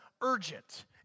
urgent